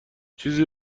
چیزی